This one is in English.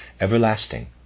everlasting